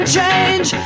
change